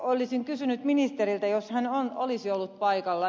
olisin kysynyt ministeriltä jos hän olisi ollut paikalla